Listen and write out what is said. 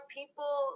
people